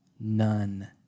none